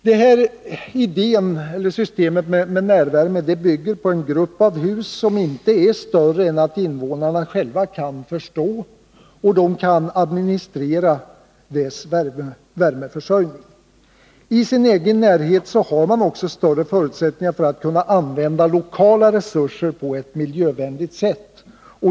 Närvärmesystemet bygger på att det skall komma till användning i en grupp av hus som inte är större än att invånarna själva kan förstå och administrera värmeförsörjningen. I sin egen närhet har man också större förutsättningar för att kunna använda lokala resurser på ett miljövänligt sätt.